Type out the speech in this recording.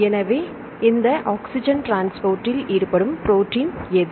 எனவே இந்த ஆக்ஸிஜன் டிரான்ஸ்போர்ட்டில் ஈடுபடும் ப்ரோடீன் எது